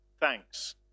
Thanks